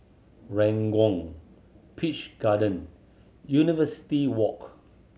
Ranggung Peach Garden University Walk